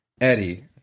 Eddie